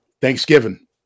Thanksgiving